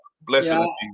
Blessing